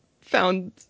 found